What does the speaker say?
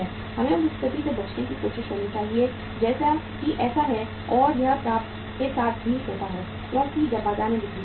हमें इस स्थिति से बचने की कोशिश करनी चाहिए जैसा कि ऐसा है और यह प्राप्य के साथ भी होता है क्योंकि जब बाजार में बिक्री होती है